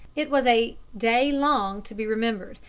it was a day long to be remembered,